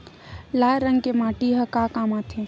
लाल रंग के माटी ह का काम आथे?